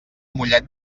mollet